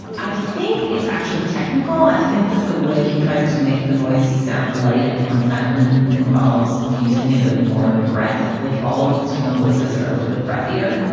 i think it's actually technical. i think that the way he tries to make the voice sound light and more feminine involves infusing it with more breath. like all of his female voices are a little bit breathy here.